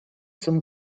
zum